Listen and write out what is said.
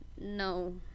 no